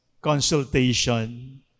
consultation